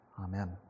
Amen